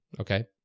okay